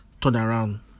turnaround